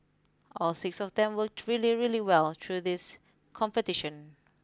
all six of them worked really really well through this competition